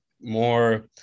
more